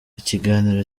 ikiganiro